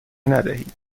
ندهید